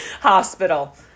Hospital